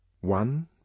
One